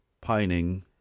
pining